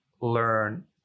learn